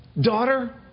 daughter